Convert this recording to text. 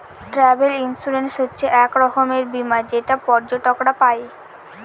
travel insurance হচ্ছে এক রকমের বীমা যেটা পর্যটকরা পাই